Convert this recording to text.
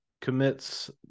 commits